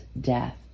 death